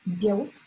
Guilt